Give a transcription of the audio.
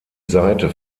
seite